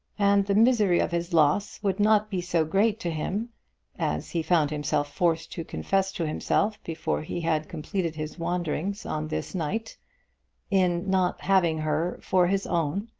and the misery of his loss would not be so great to him as he found himself forced to confess to himself before he had completed his wanderings on this night in not having her for his own,